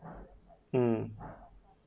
um